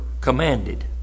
commanded